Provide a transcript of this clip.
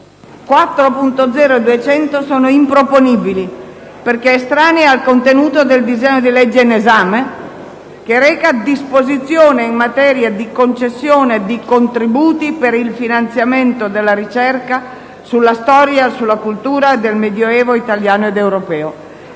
4.0.200 sono improponibili, perché estranei al contenuto del disegno di legge in esame, recante disposizioni in materia di «Concessione di contributi per il finanziamento della ricerca sulla storia e sulla cultura del medioevo italiano ed europeo».